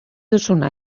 duzuna